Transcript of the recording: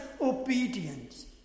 obedience